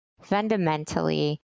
fundamentally